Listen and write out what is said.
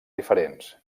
diferents